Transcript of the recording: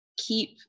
keep